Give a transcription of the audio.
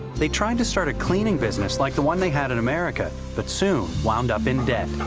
they tried to start a cleaning business, like the one they had in america, but soon wound up in debt.